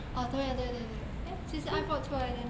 哦对对对 eh 其实 ipod 出来 then